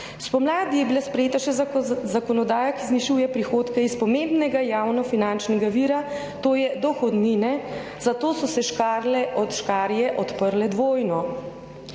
Spomladi je bila sprejeta še zakonodaja, ki znižuje prihodke iz pomembnega javno finančnega vira, to je dohodnine, zato so se škarje odprle dvojno.